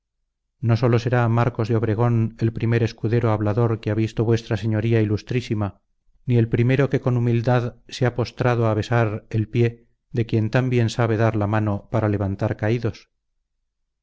no será marcos de obregón el primer escudero hablador que ha visto v s ilma ni el primero que con humildad se ha postrado a besar el pie de quien tan bien sabe dar la mano para levantar caídos